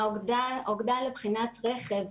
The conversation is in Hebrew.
האוגדן לבחינת רכב